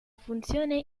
funzione